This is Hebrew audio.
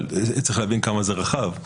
צריך להבין כמה זה רחב.